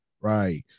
Right